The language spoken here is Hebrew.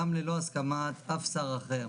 גם ללא הסכמת אף שר אחר.